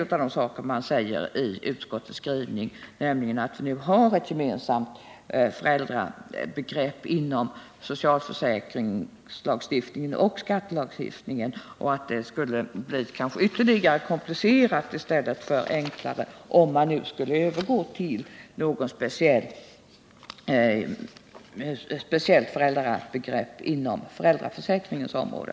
Utskottet framhåller i sin skrivning att vi har ett gemensamt föräldrabegrepp inom socialförsäkringslagstiftningen och skattelagstiftningen och att det kanske skulle bli komplicerat i stället för enklare, om man införde ett speciellt föräldrabegrepp på socialförsäkringens område.